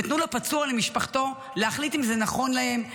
ותנו לפצוע ומשפחתו להחליט אם זה נכון להם,